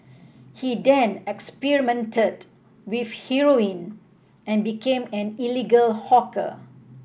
he then experimented with heroin and became an illegal hawker